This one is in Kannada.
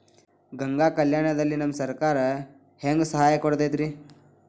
ಗಂಗಾ ಕಲ್ಯಾಣ ದಲ್ಲಿ ನಮಗೆ ಸರಕಾರ ಹೆಂಗ್ ಸಹಾಯ ಕೊಡುತೈತ್ರಿ?